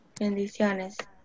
Bendiciones